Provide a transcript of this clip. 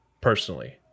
personally